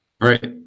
Right